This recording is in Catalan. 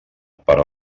per